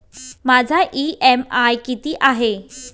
माझा इ.एम.आय किती आहे?